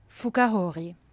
Fukahori